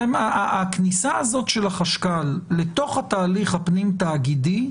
הכניסה הזאת של החשב הכללי לתוך התהליך הפנים תאגידי,